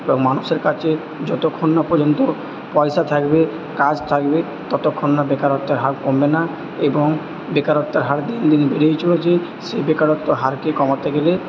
মানুষের কাছে যতক্ষণ না পর্যন্ত পয়সা থাকবে কাজ থাকবে ততক্ষণ না বেকারত্বের হার কমবে না এবং বেকারত্বের হার দিন দিন বেড়েই চলেছে সেই বেকারত্ব হারকে কমাতে গেলে